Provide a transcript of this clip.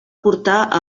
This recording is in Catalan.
portar